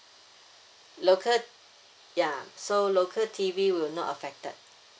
local ya so local T_V will not affected